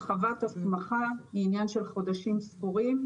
הרחבת ההסמכה היא עניין של חודשים ספורים,